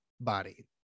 body